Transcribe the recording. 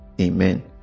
Amen